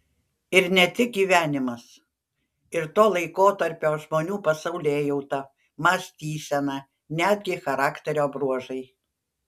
ir ne tik gyvenimas ir to laikotarpio žmonių pasaulėjauta mąstysena netgi charakterio bruožai